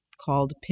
called